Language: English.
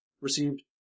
received